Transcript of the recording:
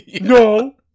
No